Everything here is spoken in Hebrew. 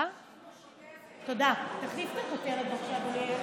תחליפו את הכותרת.